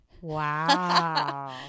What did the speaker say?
Wow